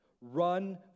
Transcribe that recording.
Run